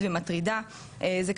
ממש בשנה האחרונה.